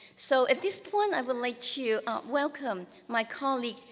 so at this point, i would like to welcome my colleague,